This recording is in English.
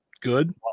good